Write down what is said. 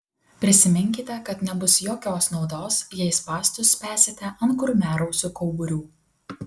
prisiminkite kad nebus jokios naudos jei spąstus spęsite ant kurmiarausių kauburių